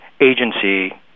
agency